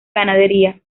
ganadería